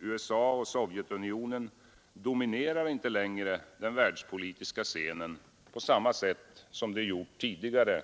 USA och Sovjetunionen dominerar inte längre den världspolitiska scenen på samma sätt som de gjort tidigare